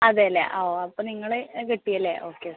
അതെ അല്ലേ ആ അപ്പോൾ നിങ്ങൾ കിട്ടി അല്ലേ ഓക്കെ ഓക്കെ